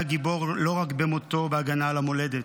היה גיבור לא רק במותו בהגנה על המולדת,